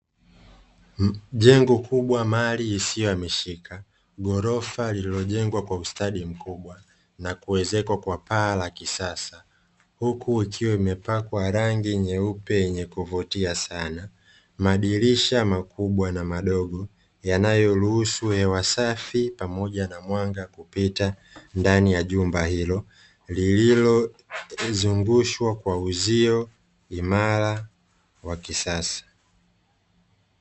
Jengo kubwa mali isiyohamishika, ghorofa lililojengwa kwa ustadi mkubwa na kuwezekwa kwa paa la kisasa, huku ikiwa imepakwa rangi nyeupe yenye kuvutia sana madirisha makubwa na madogo yanayoruhusu hewa safi pamoja na mwanga kupita ndani ya jumba hilo lililozungushwa kwa uzio imara wa kisasa.